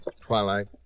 Twilight